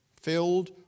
Filled